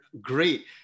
great